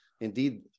Indeed